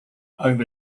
over